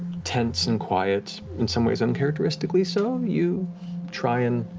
tense and quiet, in some ways uncharacteristically so, you try and